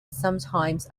sometimes